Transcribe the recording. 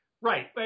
Right